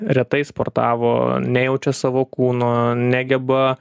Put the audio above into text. retai sportavo nejaučia savo kūno negeba